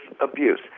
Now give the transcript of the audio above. abuse